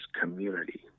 community